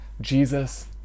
Jesus